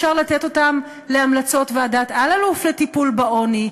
אפשר לתת אותם להמלצות ועדת אלאלוף לטיפול בעוני,